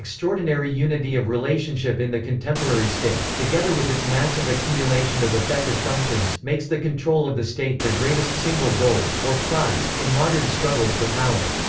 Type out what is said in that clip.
extraordinary unity of relationship in the contemporary state, together with its massive accumulation of effective functions, makes the control of the state the greatest single goal, or prize, in modern struggles for power.